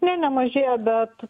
ne nemažėja bet